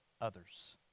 others